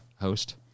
host